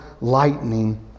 lightning